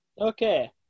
Okay